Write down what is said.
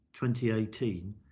2018